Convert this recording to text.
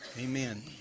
Amen